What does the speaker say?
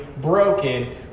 broken